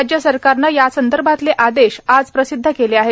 राज्य सरकारने यासंदर्भातले आदेश आज प्रसिद्ध केले आहेत